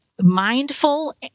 mindful